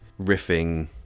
riffing